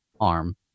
arm